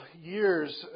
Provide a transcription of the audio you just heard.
years